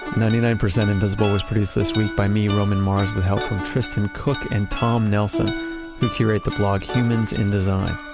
ninety nine percent invisible was produced this week by me, roman mars, with help from tristan cook and tom nelson who curate the blog humans in design.